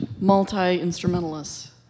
multi-instrumentalists